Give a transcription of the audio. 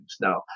now